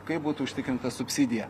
kai būtų užtikrinta subsidija